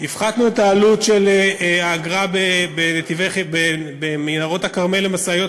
הפחתנו את האגרה במנהרות הכרמל למשאיות,